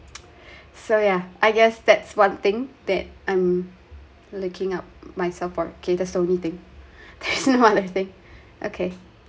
so yeah I guess that's one thing that I'm looking up myself for cater slowly thing that's what I think okay